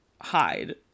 hide